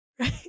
right